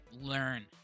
learn